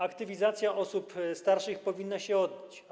Aktywizacja osób starszych powinna się odbywać.